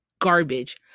garbage